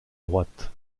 droite